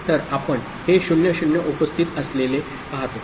तर आपण हे 0 0 उपस्थित असलेले पाहतो